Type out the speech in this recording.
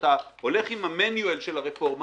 שאתה הולך עם המניואל של הרפורמה,